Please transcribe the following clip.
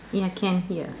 ya can hear